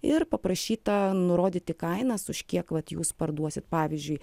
ir paprašyta nurodyti kainas už kiek vat jūs parduosit pavyzdžiui